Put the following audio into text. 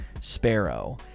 Sparrow